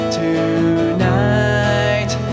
tonight